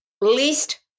least